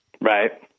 Right